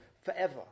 forever